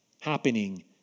happening